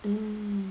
mm